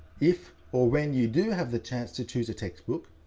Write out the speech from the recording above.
if or when you do have the chance to choose a textbook,